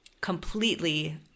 completely